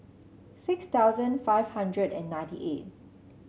six thousand five hundred and ninety eight